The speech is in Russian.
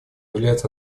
является